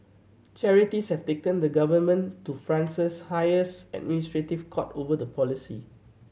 charities have taken the government to France's highest administrative court over the policy